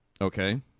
Okay